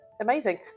amazing